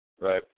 Right